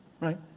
Right